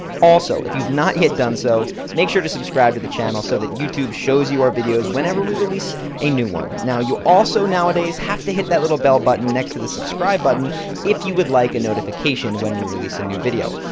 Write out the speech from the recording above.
also, if you have not yet done so, make sure to subscribe to the channel so that youtube shows you our videos whenever we release a new one. now, you also nowadays have to hit that little bell button next to the subscribe button if you would like a notification when we release a new video.